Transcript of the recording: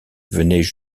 venaient